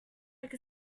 like